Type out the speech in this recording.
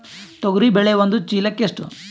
ತೊಗರಿ ಬೇಳೆ ಒಂದು ಚೀಲಕ ಎಷ್ಟು?